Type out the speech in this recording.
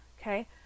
okay